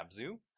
Abzu